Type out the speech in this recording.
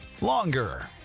longer